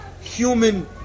human